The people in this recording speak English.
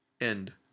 End